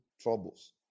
troubles